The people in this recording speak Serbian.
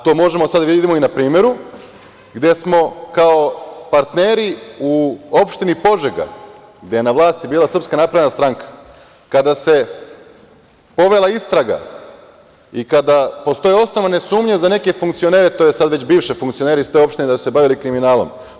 To možemo sad i da vidimo na primeru gde smo kao partneri u opštini Požega, gde je na vlasti bila SNS, kada se povela istraga i kada postoje osnovane sumnje za neke funkcionere, tj. sad već bivše funkcionere iz opštine da su se bavili kriminalom.